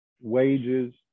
wages